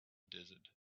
desert